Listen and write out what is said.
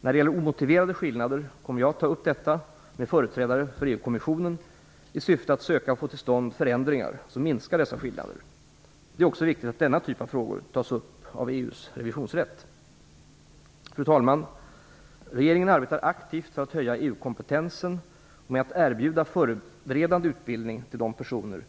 När det gäller omotiverade skillnader kommer jag att ta upp detta med företrädare för EU-kommissionen i syfte att få till stånd förändringar som minskar dessa skillnader. Det är också viktigt att denna typ av frågor tas upp EU:s revisionsrätt. Fru talman! Regeringen arbetar aktivt för att höja EU-kompetensen och med att erbjuda förberedande utbildning till de personer